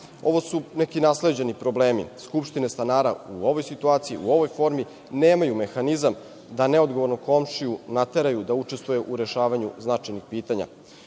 Ovo su neki nasleđeni problemi. Skupštine stanara u ovoj situaciji, u ovoj formi, nemaju mehanizam da neodgovornog komšiju nateraju da učestvuje u rešavanju značajnih pitanja.I